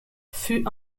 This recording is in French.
fut